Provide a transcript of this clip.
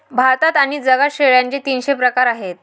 भारतात आणि जगात शेळ्यांचे तीनशे प्रकार आहेत